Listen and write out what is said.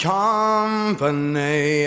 company